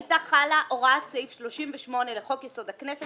הייתה חלה הוראת סעיף 38 לחוק יסוד: הכנסת